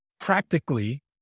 practically